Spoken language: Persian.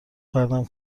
پرتم